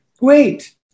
wait